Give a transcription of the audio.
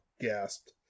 gasped